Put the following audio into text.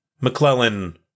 McClellan